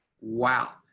wow